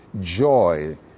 joy